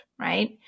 right